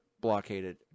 blockaded